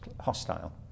hostile